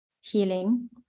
healing